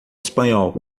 espanhol